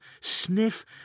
sniff